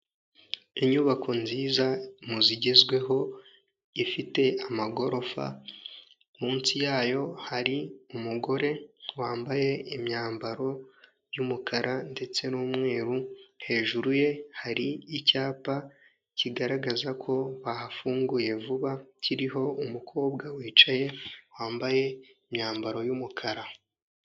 Inyubako nziza mu zigezweho, ifite amagorofa munsi yayo, hari umugore wambaye imyambaro y'umukara ndetse n'umweru, hejuru ye, hari icyapa kigaragaza ko bahafunguye vuba, kiriho umukobwa wicaye wambaye imyambaro y'umukara.